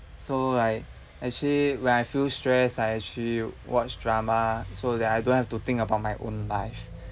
so like actually when I feel stressed I actually watch drama so that I don't have to think about my own life